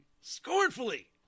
scornfully